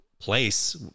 place